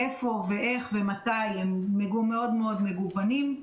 איפה ואיך ומתי הם מאוד מגוונים.